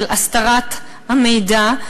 של הסתרת המידע,